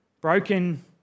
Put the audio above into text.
broken